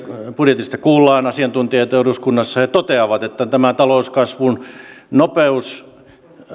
budjetista kuullaan asiantuntijoita eduskunnassa he toteavat että tämä talouskasvun nopeus